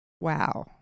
Wow